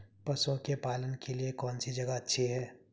पशुओं के पालन के लिए कौनसी जगह अच्छी है?